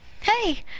Hey